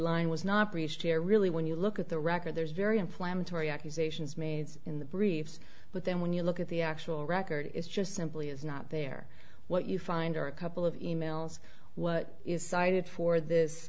line was not breached here really when you look at the record there's very inflammatory accusations made in the briefs but then when you look at the actual record it's just simply is not there what you find are a couple of e mails what is cited for this